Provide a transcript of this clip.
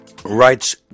Rights